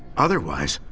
otherwise,